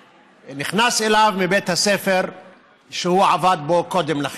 נכנס אליו מבית הספר שהוא עבד בו קודם לכן.